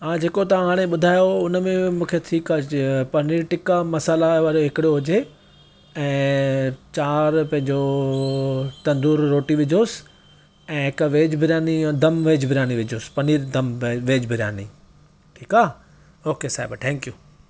हा जेको तव्हां हाणे ॿुधायो हुन में मूंखे ठीकु आहे पनीर टिका मसाला वारो हिकिड़ो हुजे ऐं चार पंहिंजो तंदूरी रोटी विझोसि ऐं हिकु वेज बिरयानी दम वेज बिरयानी विझोसि पनीर दम वेज बिरयानी ठीकु ओके साहिब थैंकयू